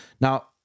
Now